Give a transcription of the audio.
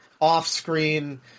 off-screen